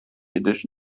edition